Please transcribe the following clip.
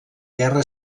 guerra